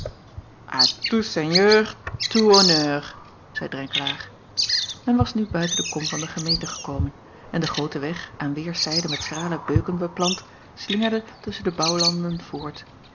honneur zeî renkelaer en was nu buiten de kom van de gemeente gekomen en de groote weg aan weêrszijden met schrale beuken beplant slingerde tusschen de bouwlanden voort